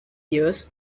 years